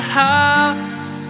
house